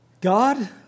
God